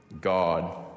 God